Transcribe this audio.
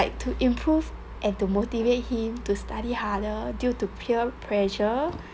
to improve and to motivate him to study harder due to peer pressure